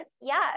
Yes